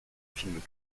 film